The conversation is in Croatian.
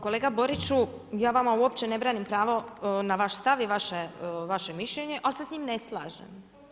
Kolega Boriću, ja vama uopće ne branim pravo na vaš stav i na vaše mišljenje, ali se s tim ne slažem.